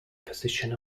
position